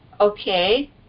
okay